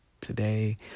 today